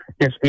Yes